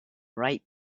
write